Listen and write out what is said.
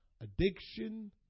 addiction